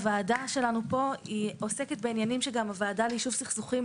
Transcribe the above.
הוועדה שלנו פה היא עוסקת בעניינים שגם הוועדה ליישוב סכסוכים,